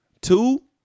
Two